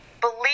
believe